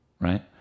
right